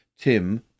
Tim